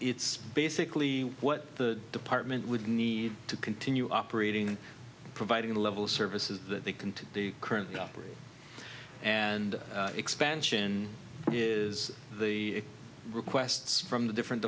it's basically what the department would need to continue operating providing the level of services that they can to currently operate and expansion is the requests from the different